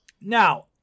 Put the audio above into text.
Now